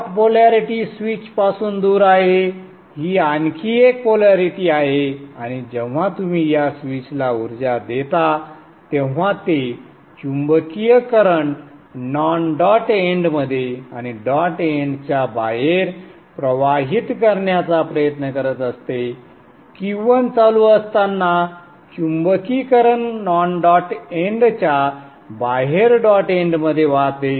dot polarity स्विचपासून दूर आहे ही आणखी एक पोलॅरिटी आहे आणि जेव्हा तुम्ही या स्विचला उर्जा देता तेव्हा ते चुंबकीय करंट नॉन डॉट एंडमध्ये आणि डॉट एंडच्या बाहेर प्रवाहित करण्याचा प्रयत्न करत असते Q1 चालू असताना चुंबकीकरण नॉन डॉट एंडच्या बाहेर डॉट एंडमध्ये वाहते